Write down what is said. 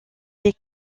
des